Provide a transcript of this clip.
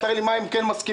תראה לי מה הם כן מסכימים?